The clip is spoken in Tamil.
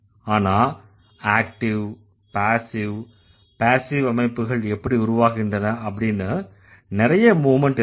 ஆனா ஏக்டிவ் பேஸிவ் பேஸிவ் அமைப்புகள் எப்படி உருவாகின்றன அப்படின்னு நிறைய மூவ்மெண்ட் இருக்கு